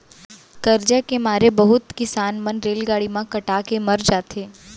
करजा के मारे बहुत किसान मन रेलगाड़ी म कटा के मर जाथें